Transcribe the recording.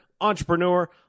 entrepreneur